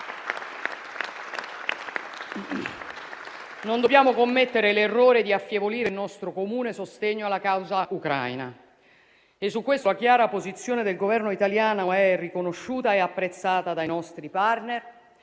Non dobbiamo commettere l'errore di affievolire il nostro comune sostegno alla causa ucraina e su questo la chiara posizione del Governo italiano è riconosciuta e apprezzata dai nostri *partner*